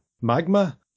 Magma